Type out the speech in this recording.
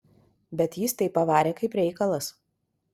bet jis tai pavarė kaip reikalas